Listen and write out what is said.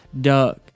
duck